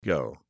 Go